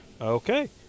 okay